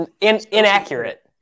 Inaccurate